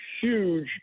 huge